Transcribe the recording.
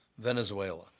Venezuela